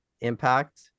impact